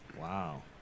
Wow